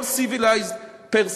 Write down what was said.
כל civilized person,